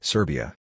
Serbia